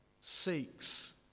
seeks